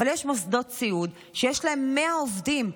אבל יש מוסדות סיעוד שיש להם 100 עובדים,